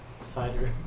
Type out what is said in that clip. Cider